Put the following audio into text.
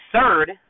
third